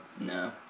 No